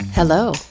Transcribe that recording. Hello